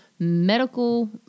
medical